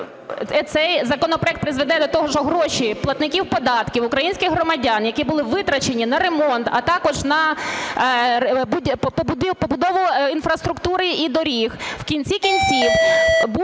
Цей законопроект призведе до того, що гроші платників податків, українських громадян, які були витрачені на ремонт, а також на побудову інфраструктури і доріг, в кінці кінців